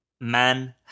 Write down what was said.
Man